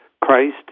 Christ